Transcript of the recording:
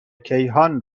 کیهان